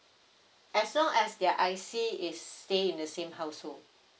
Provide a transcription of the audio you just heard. as long as their I_C is stay in the same household